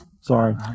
sorry